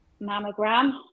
mammogram